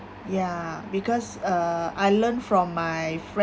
yeah because uh I learned from my friends